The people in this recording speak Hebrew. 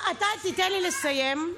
אתה תיתן לי לסיים,